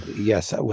Yes